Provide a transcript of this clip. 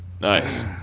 Nice